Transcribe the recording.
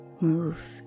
move